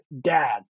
dad